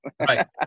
right